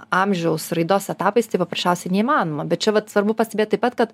amžiaus raidos etapais tai paprasčiausiai neįmanoma bet čia vat svarbu pastebėt taip pat kad